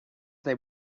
they